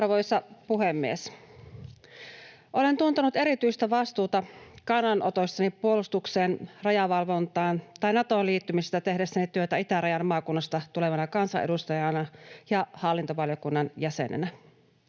Arvoisa puhemies! Olen tuntenut erityistä vastuuta kannanotoissani puolustukseen, rajavalvontaan tai Natoon liittymisestä tehdessäni työtä itärajan maakunnasta tulevana kansanedustajana ja hallintovaliokunnan jäsenenä.